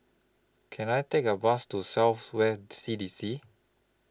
Can I Take A Bus to South West C D C